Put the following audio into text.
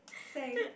thanks